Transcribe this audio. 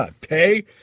Pay